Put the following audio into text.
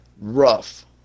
rough